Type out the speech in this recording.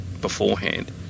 beforehand